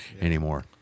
anymore